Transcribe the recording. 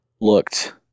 looked